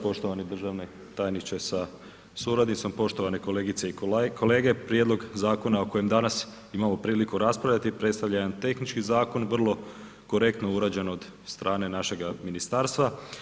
Poštovani državni tajniče sa suradnicom, poštovane kolegice i kolege, prijedlog zakona o kojem danas imamo priliku raspravljati predstavlja jedan tehnički zakon vrlo korektno urađen od strane našega ministarstva.